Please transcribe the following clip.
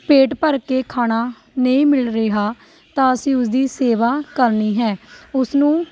ਪੇਟ ਭਰਕੇ ਖਾਣਾ ਨਹੀਂ ਮਿਲ ਰਿਹਾ ਤਾਂ ਅਸੀਂ ਉਸਦੀ ਸੇਵਾ ਕਰਨੀ ਹੈ ਉਸਨੂੰ